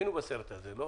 יש על סדר היום